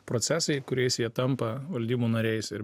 procesai kuriais jie tampa valdybų nariais ir